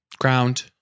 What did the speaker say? Ground